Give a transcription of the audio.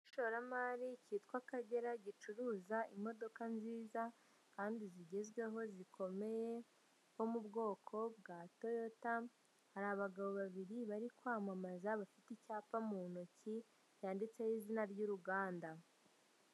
Igishoramari kitwa Akagera, gicuruza imodoka nziza kandi zigezweho zikomeye zo mu bwoko bwa Toyota, hari abagabo babiri bari kwamamaza, bafite icyapa mu ntoki cyanditseho izina ry'uruganda.